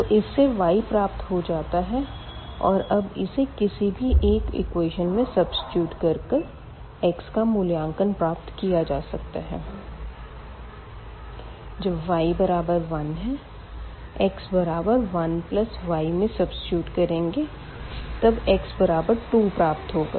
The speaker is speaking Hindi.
तो इस से y प्राप्त हो जाता है और अब इसे किसी भी एक इक्वेशन में सब्सिट्यूट कर कर x का मूल्यांकन प्राप्त किया जा सकता है जब y बराबर 1 x बराबर 1 y में सब्सिट्यूट करेंगे तब x बराबर 2 प्राप्त होगा